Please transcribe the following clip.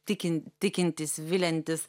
tikint tikintis viliantis